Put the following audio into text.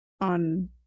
on